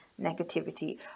negativity